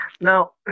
now